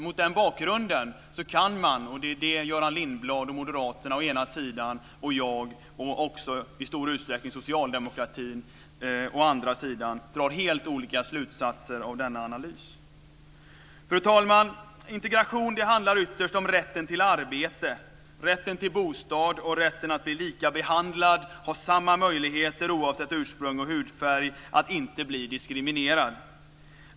Mot den bakgrunden kan man - och det är det Göran Lindblad och Moderaterna å ena sidan och jag och i stor utsträckning socialdemokratin å den andra gör - dra helt olika slutsatser av denna analys. Fru talman! Integration handlar ytterst om rätten till arbete, rätten till bostad och rätten till att bli lika behandlad och ha samma möjligheter oavsett ursprung och hudfärg, att inte bli diskriminerad.